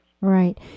Right